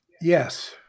Yes